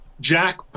Jack